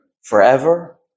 Forever